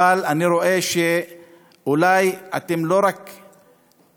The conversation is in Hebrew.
אבל אני רואה שאולי אתם לא רק תקלקלו,